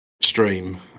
stream